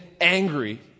angry